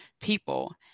people